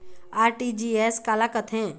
RTGS काला कथें?